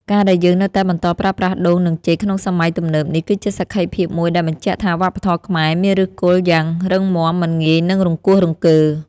ការដែលយើងនៅតែបន្តប្រើប្រាស់ដូងនិងចេកក្នុងសម័យទំនើបនេះគឺជាសក្ខីភាពមួយដែលបញ្ជាក់ថាវប្បធម៌ខ្មែរមានឫសគល់យ៉ាងរឹងមាំមិនងាយនឹងរង្គោះរង្គើ។